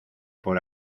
por